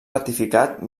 ratificat